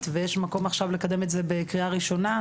ויש מקום עכשיו לקדם את זה בקריאה ראשונה.